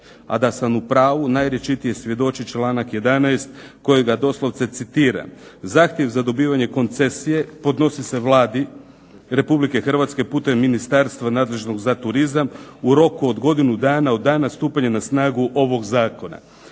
A da sam u pravu najrječitije svjedoči članak 11. kojega doslovce citiram: "Zahtjev za dobivanje koncesije podnosi se Vladi Republike Hrvatske putem ministarstva nadležnog za turizam u roku od godinu od dana stupanja na snagu ovog Zakona".